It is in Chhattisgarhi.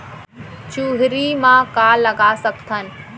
चुहरी म का लगा सकथन?